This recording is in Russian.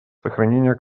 сохранение